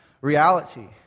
reality